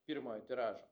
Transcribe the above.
pirmojo tiražo